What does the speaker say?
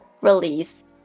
release